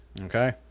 Okay